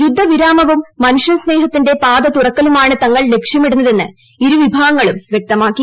യുദ്ധവിരാമവും മനുഷ്യസ്നേഹത്തിന്റെ പാത തുറക്കലുമാണ് തങ്ങൾ ലക്ഷ്യമിടുന്നതെന്ന് ഇരുവിഭാഗങ്ങളും വ്യക്തമാക്കി